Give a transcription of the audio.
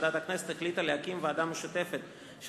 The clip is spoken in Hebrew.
החליטה ועדת הכנסת להקים ועדה משותפת של